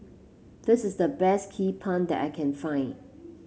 this is the best Hee Pan that I can find